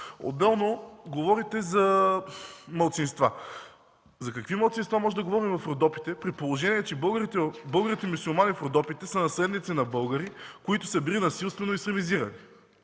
Отделно, говорите за малцинства. За какви малцинства можем да говорим в Родопите, при положение че българите мюсюлмани в Родопите са наследници на българи, които са били насилствено ислямизирани,